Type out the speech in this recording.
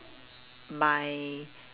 my